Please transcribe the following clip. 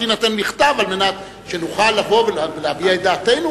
יינתן בכתב על מנת שנוכל לבוא ולהביע גם את דעתנו.